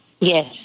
Yes